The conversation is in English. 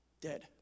dead